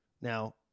Now